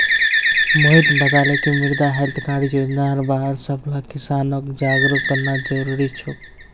मोहित बताले कि मृदा हैल्थ कार्ड योजनार बार सबला किसानक जागरूक करना जरूरी छोक